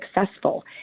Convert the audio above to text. successful